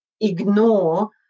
ignore